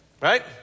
Right